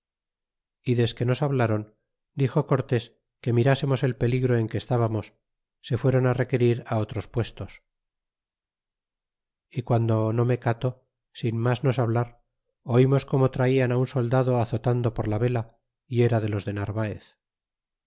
y desque nos habláron dixo cortés que mirásemos el peligro en que estábamos se fueron requerir á otros puestos guando no me cato sin mas nos hablar oimos como traían á un soldado azotando por la vela y era de los de narvaez